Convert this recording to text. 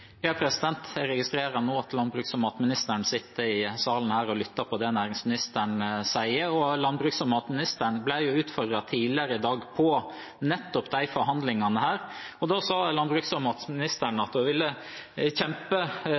Jeg registrerer nå at landbruks- og matministeren sitter i salen her og lytter på det næringsministeren sier, og landbruks- og matministeren ble utfordret tidligere i dag på nettopp disse forhandlingene. Da sa landbruks- og matministeren at hun ville kjempe